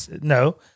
No